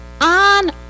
On